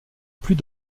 plus